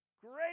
Great